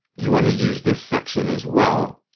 you want to use this section as well